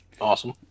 Awesome